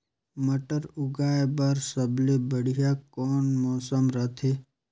मटर उगाय बर सबले बढ़िया कौन मौसम रथे?